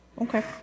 Okay